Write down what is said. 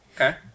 Okay